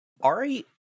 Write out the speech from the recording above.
Ari